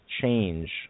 change